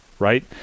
right